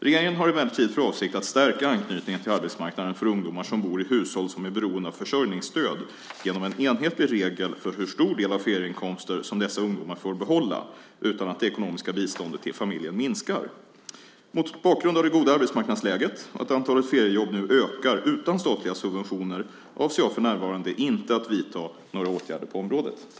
Regeringen har emellertid för avsikt att stärka anknytningen till arbetsmarknaden för ungdomar som bor i hushåll som är beroende av försörjningsstöd genom en enhetlig regel för hur stor del av ferieinkomster som dessa ungdomar får behålla utan att det ekonomiska biståndet till familjen minskar. Mot bakgrund av det goda arbetsmarknadsläget och att antalet feriejobb nu ökar utan statliga subventioner avser jag för närvarande inte att vidta några åtgärder på området.